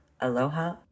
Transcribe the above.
aloha